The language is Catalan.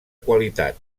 qualitat